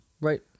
Right